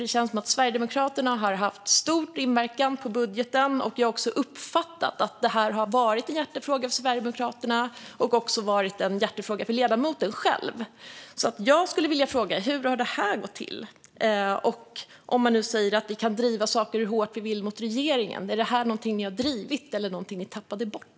Det känns som att Sverigedemokraterna har haft stor inverkan på budgeten, och jag har också uppfattat att detta har varit en hjärtefråga för Sverigedemokraterna, också för ledamoten själv. Jag vill därför fråga: Hur har detta gått till? Ni säger att ni kan driva saker hur hårt ni vill mot regeringen, Mikael Eskilandersson. Är detta något som ni har drivit eller något som ni tappade bort?